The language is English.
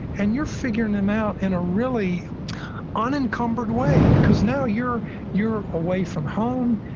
and you're figuring them out in a really unencumbered way because now you're you're away from home.